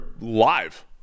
live